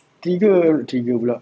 tiga tiga pula